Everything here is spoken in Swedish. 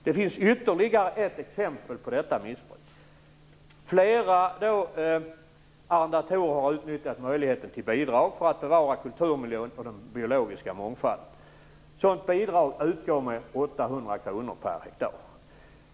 Det finns ytterligare ett exempel på detta missbruk. Flera arrendatorer har utnyttjat möjligheten till bidrag för att bevara kulturmiljön och den biologiska mångfalden. Sådant bidrag utgår med 800 kr per hektar.